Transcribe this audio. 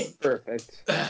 Perfect